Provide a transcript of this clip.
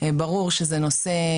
ברור שזה נושא